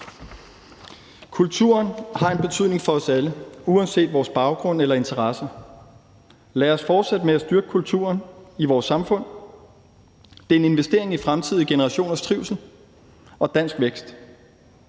Kulturen har en betydning for os alle uanset vores baggrund og interesser. Lad os fortsætte med at styrke kulturen i vores samfund. Det er en investering i fremtidige generationers trivsel og dansk vækst.